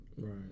right